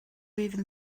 even